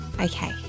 Okay